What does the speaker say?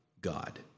God